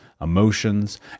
emotions